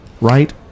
right